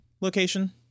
location